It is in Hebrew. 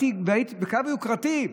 בקלאב יוקרתי,